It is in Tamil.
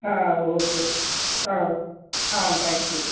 ah okay ah ah thank you